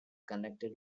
connected